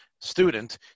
student